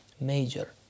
major